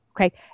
Okay